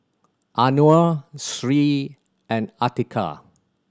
Anuar Sri and Atiqah